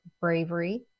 bravery